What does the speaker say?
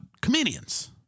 comedians